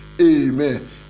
Amen